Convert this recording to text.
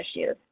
issues